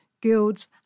guilds